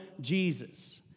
Jesus